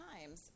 Times